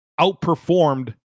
outperformed